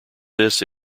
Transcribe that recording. this